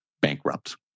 bankrupt